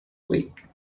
week